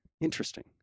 interesting